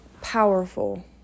powerful